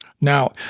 Now